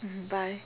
mmhmm bye